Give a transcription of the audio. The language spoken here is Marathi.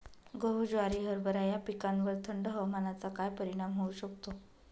गहू, ज्वारी, हरभरा या पिकांवर थंड हवामानाचा काय परिणाम होऊ शकतो?